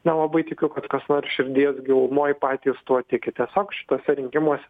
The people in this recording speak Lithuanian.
nelabai tikiu kad kas nors širdies gilumoj patys tuo tiki tiesiog šituose rinkimuos